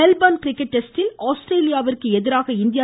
Melbourne cricket டெஸ்டில் ஆஸ்திரேலியாவிற்கு எதிராக இந்தியா